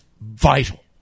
vital